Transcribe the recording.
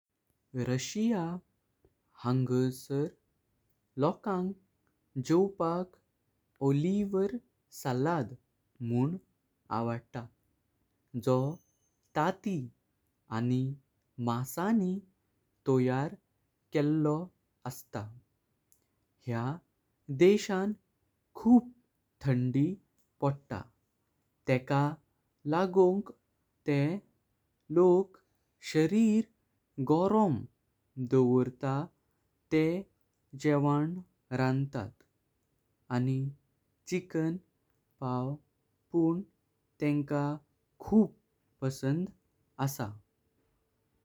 Russia हंसर लोकांक जेवपाक ओलिवियर सलाड मून आवडता। जो टाटी आणि मासन टोयार केल्लो अस्त, ह्या देशान खूप थंडी पडता। तेका लागोंक तेह लोक शरीर गरम दवोर्ता तेह जेवन रांतात, आणि चिकन पाव पण तेन्का खूप पसंत असा।